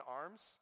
arms